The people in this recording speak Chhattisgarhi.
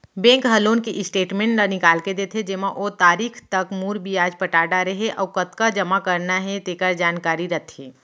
बेंक ह लोन के स्टेटमेंट ल निकाल के देथे जेमा ओ तारीख तक मूर, बियाज पटा डारे हे अउ कतका जमा करना हे तेकर जानकारी रथे